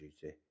duty